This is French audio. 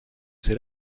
c’est